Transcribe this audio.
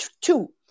two